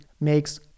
makes